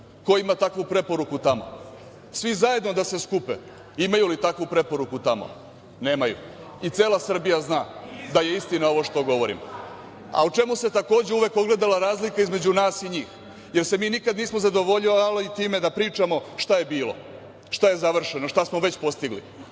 ima takvu preporuku tamo? Svi zajedno da se skupe, imaju li takvu preporuku tamo? Nemaju. I cela Srbija zna da je istina ovo što govorim.A u čemu se takođe uvek ogledala razlika između nas i njih? Jer se mi nikada nismo zadovoljavali time da pričamo šta je bilo, šta je završeno, šta smo već postigli,